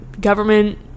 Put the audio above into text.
government-